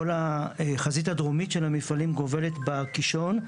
החזית הדרומית של המפעלים גובלת בקישון,